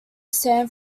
san